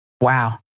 Wow